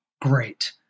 great